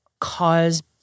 cause